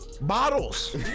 bottles